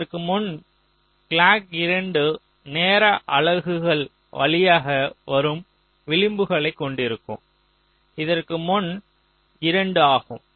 இதற்கு முன் கிளாக் 2 நேர அலகுகள் வழியாக வரும் விளிம்புகளைக் கொண்டிருக்கும் இதற்கு முன் 2 ஆகும்